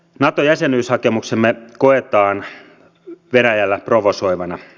nato jäsenyyshakemuksemme koetaan venäjällä provosoivana